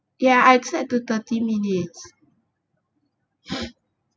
ya I tried do thirty minutes